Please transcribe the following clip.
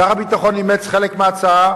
שר הביטחון אימץ חלק מההצעה.